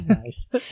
Nice